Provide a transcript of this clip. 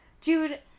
Dude